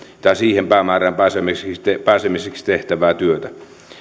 siihen päämäärään pääsemiseksi tehtävää työtä